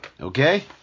okay